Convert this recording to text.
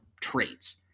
traits